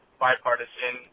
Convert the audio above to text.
bipartisan